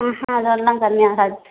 அதெலாம் கம்மியாகாது